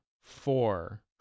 four